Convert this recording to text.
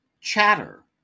Chatter